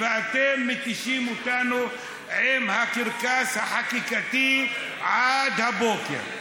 ואתם מתישים אותנו עם הקרקס החקיקתי עד הבוקר.